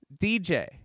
DJ